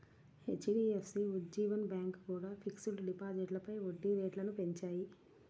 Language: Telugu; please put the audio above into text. హెచ్.డి.ఎఫ్.సి, ఉజ్జీవన్ బ్యాంకు కూడా ఫిక్స్డ్ డిపాజిట్లపై వడ్డీ రేట్లను పెంచాయి